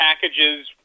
packages